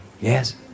Yes